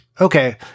Okay